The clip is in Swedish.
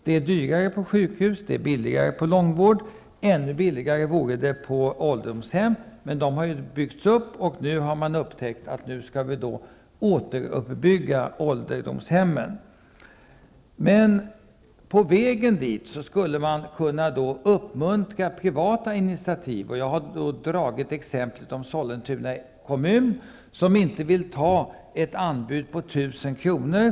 Det är dyrare på sjukhus, billigare på långvården men allra billigast skulle det vara på ålderdomshem. Men dessa har ännu inte byggts upp. Nu har man upptäckt att man måste återuppbygga ålderdomshemmen. På vägen dit skulle man kunna uppmuntra privata initiativ. Jag har dragit exemplet från Sollentuna kommun, som inte vill ta ett anbud på 1 000 kr.